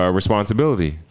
responsibility